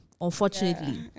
Unfortunately